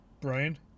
Brian